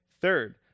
Third